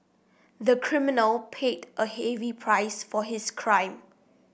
the criminal paid a heavy price for his crime